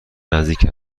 نزدیک